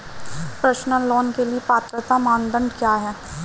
Personal loan के लिए पात्रता मानदंड क्या हैं?